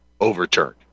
overturned